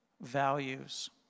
Values